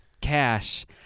cash